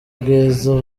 bwiza